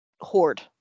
Hoard